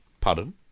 Pardon